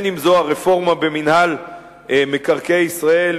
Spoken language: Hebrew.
אם הרפורמה במינהל מקרקעי ישראל,